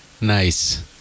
Nice